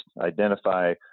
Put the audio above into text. identify